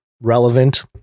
relevant